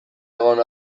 egon